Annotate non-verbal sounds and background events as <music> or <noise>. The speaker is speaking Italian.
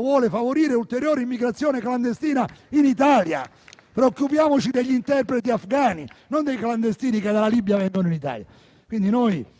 voglia favorire ulteriore immigrazione clandestina in Italia. <applause> Preoccupiamoci degli interpreti afgani, non dei clandestini che dalla Libia vengono in Italia.